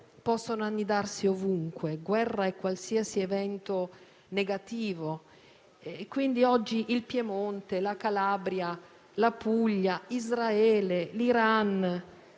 possono annidarsi ovunque. Guerra è qualsiasi evento negativo. Quindi oggi il Piemonte, la Calabria, la Puglia, Israele e l'Iran